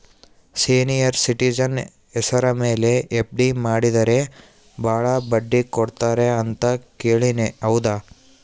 Senior citizen ಹೆಸರ ಮೇಲೆ FD ಮಾಡಿದರೆ ಬಹಳ ಬಡ್ಡಿ ಕೊಡ್ತಾರೆ ಅಂತಾ ಕೇಳಿನಿ ಹೌದಾ?